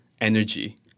energy